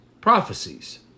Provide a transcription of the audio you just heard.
prophecies